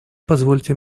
позвольте